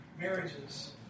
marriages